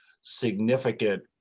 significant